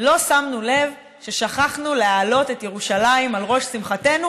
לא שמנו לב ששכחנו להעלות את ירושלים על ראש שמחתנו,